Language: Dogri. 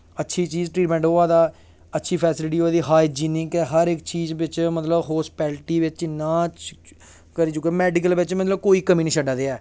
अच्छी चीज ट्रीटमैंट होआ दा ऐ अच्छी फैसिलिटी होआ दी हाईजीनिक ऐ हर इक चीज बिच्च मतलब होस्पैल्टी बिच्च इन्ना करी चुके दा मैडिकल मतलब बिच्च कोई कमी निं छड्डा दे ऐ